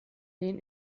den